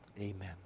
Amen